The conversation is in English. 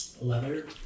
Leather